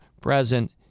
present